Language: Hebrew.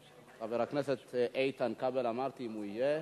חבר הכנסת איתן כבל, אמרתי, אם הוא יהיה.